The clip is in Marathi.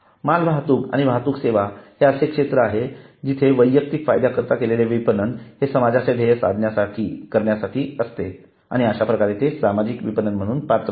मालवाहतूक आणि वाहतूक सेवा हे असे क्षेत्र आहे जिथे वैयक्तिक फायद्याकरता केलेले विपणन हे समाजाचे ध्येय साध्य करण्यासाठी असते आणि अशा प्रकारे ते सामाजिक विपणन म्हणून पात्र होते